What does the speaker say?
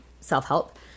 self-help